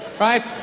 Right